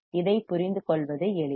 இதைப் புரிந்துகொள்வது எளிது